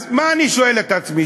אז מה אני שואל את עצמי?